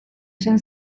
esan